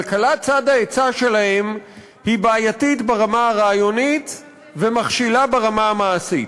כלכלת צד ההיצע שלהם היא בעייתית ברמה הרעיונית ומכשילה ברמה המעשית.